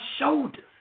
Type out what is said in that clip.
shoulders